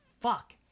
Fuck